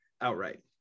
outright